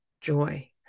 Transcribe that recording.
joy